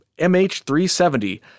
MH370